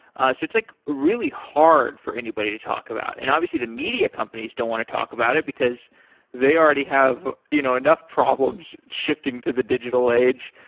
it's like really hard for anybody to talk about. and obviously, the media companies don't want to talk about it, because they already have you know enough problems shifting to the digital age.